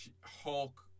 Hulk